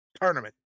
tournament